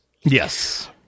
Yes